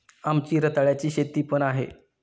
आमची रताळ्याची शेती पण आहे